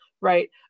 right